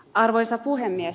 arvoisa puhemies